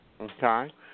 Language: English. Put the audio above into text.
Okay